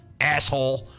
asshole